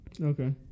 Okay